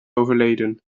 overleden